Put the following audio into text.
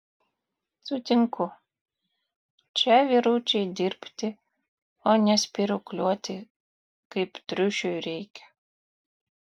sutinku čia vyručiai dirbti o ne spyruokliuoti kaip triušiui reikia